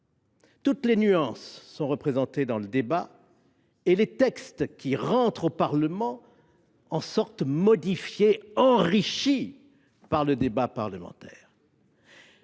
Toutes les nuances sont représentées lors du débat, et les textes qui entrent au Parlement en sortent modifiés, enrichis. Le référendum,